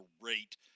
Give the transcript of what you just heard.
rate